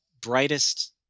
brightest